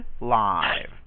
live